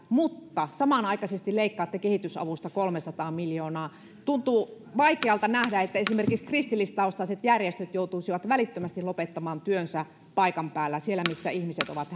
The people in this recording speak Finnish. mutta samanaikaisesti leikkaatte kehitysavusta kolmesataa miljoonaa tuntuu vaikealta nähdä että esimerkiksi kristillistaustaiset järjestöt joutuisivat välittömästi lopettamaan työnsä paikan päällä siellä missä ihmiset ovat